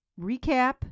recap